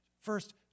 first